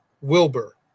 Wilbur